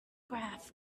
graph